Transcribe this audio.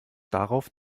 darauf